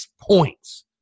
points